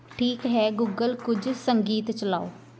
ਠੀਕ ਹੈ ਗੂਗਲ ਕੁਝ ਸੰਗੀਤ ਚਲਾਓ